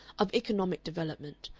of economic development,